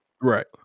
Right